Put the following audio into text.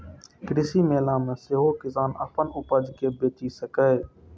कृषि मेला मे सेहो किसान अपन उपज कें बेचि सकैए